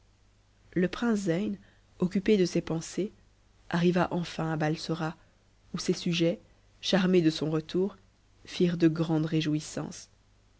le prince zeyn occupé de ces pensées arriva enfin à balsora où ses sujets charmés de son retour firent de grandes réjouissances